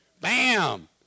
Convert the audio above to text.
Bam